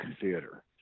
theater